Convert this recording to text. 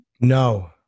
No